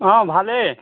অ' ভালেই